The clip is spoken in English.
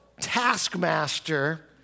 taskmaster